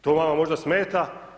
To vama možda smeta.